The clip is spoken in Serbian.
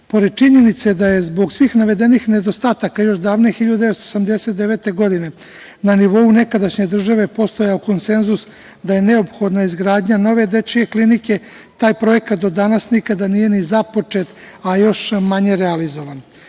činjenice da je zbog svih nedostataka navedenih, još davne 1989. godine na nivou nekadašnje države postojao konsenzus, da je neophodna izgradnja nove dečije klinike, taj projekat do danas nikada nije ni započet, a još manje realizovan. Do